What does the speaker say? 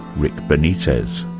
rick benitez.